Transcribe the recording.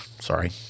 sorry